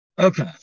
Okay